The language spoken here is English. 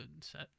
set